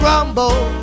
Rumble